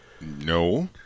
No